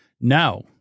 No